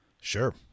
sure